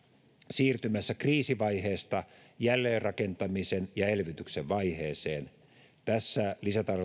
siirtymässä kriisivaiheesta jälleenrakentamisen ja elvytyksen vaiheeseen tässä